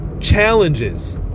challenges